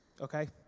Okay